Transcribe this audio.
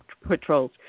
patrols